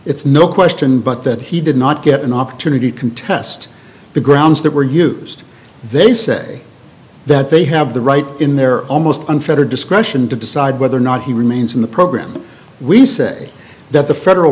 it's no question but that he did not get an opportunity to contest the grounds that were used they say that they have the right in their almost unfettered discretion to decide whether or not he remains in the program we say that the federal